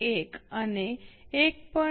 1 અને 1